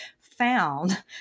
found